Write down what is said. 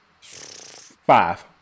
Five